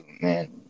man